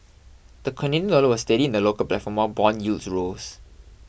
the Canadian dollar was steady in the local platform while bond yields rose